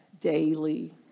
daily